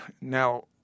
Now